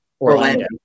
Orlando